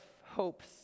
hopes